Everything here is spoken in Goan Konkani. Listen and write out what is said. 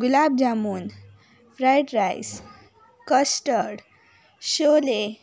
gulab jamun fried rice custard Sholay